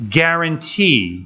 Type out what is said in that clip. guarantee